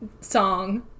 song